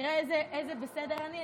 תראה איזה בסדר אני.